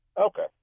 Okay